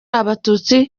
abatutsi